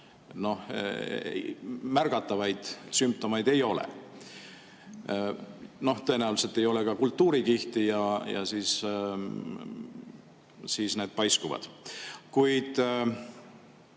märgatavaid sümptomeid ei ole. Noh, tõenäoliselt ei ole ka kultuurikihti ja siis need [solvangud] paiskuvad. Kuid